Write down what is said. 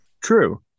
True